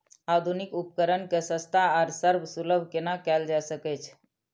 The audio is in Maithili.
आधुनिक उपकण के सस्ता आर सर्वसुलभ केना कैयल जाए सकेछ?